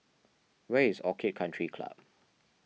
where is Orchid Country Club